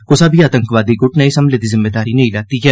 कुसा बी आतंकवादी गुट नै इस हमले दी जिम्मेदारी नेई लैती ऐ